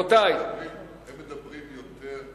הם מדברים יותר,